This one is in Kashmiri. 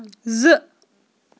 زٕ